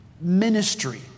ministry